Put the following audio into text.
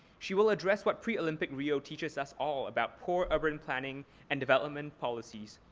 she will address what pre-olympic rio teaches us all about poor urban planning and development policies,